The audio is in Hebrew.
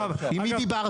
מי דיברת?